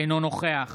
אינו נוכח